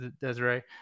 Desiree